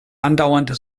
andauernde